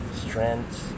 strengths